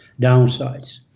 downsides